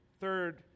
third